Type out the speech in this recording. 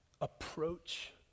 Approach